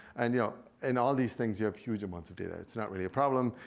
and yeah and all these things you have huge amounts of data. it's not really a problem.